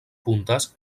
puntes